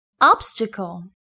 Obstacle